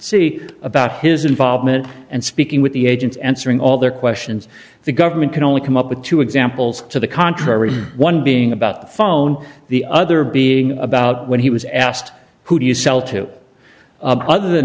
see about his involvement and speaking with the agents answering all their questions the government can only come up with two examples to the contrary one being about the phone the other being about when he was asked who do you sell to other than